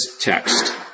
text